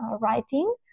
writing